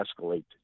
escalate